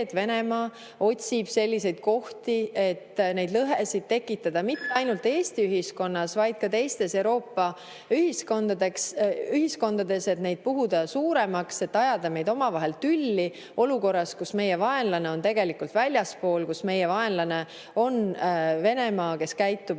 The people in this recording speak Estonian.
et Venemaa otsib selliseid kohti, et neid lõhesid tekitada, mitte ainult Eesti ühiskonnas, vaid ka teistes Euroopa ühiskondades, et neid puhuda suuremaks, et ajada meid omavahel tülli olukorras, kus meie vaenlane on tegelikult väljaspool, kus meie vaenlane on Venemaa, kes käitub